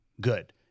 good